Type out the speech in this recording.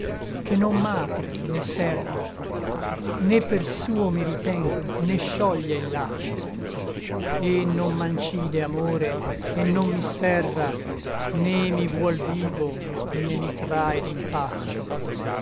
che non m'apre né serra né per suo mi riten né scioglie il laccio et non m'ancide amore et non mi sferra né mi vuol vivo né mi trae d'impaccio